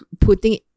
putting